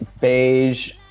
beige